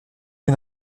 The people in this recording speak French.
une